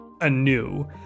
anew